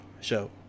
show